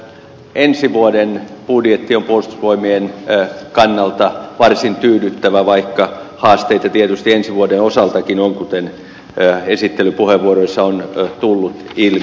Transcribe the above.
ensi vuoden budjetti on puolustusvoimien kannalta varsin tyydyttävä vaikka haasteita tietysti ensi vuoden osaltakin on kuten esittelypuheenvuoroissa on tullut ilmi